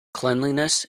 cleanliness